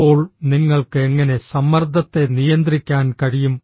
ഇപ്പോൾ നിങ്ങൾക്ക് എങ്ങനെ സമ്മർദ്ദത്തെ നിയന്ത്രിക്കാൻ കഴിയും